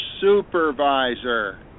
supervisor